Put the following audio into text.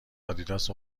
آدیداس